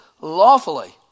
lawfully